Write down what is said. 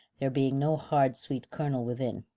there being no hard sweet kernel within,